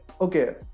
okay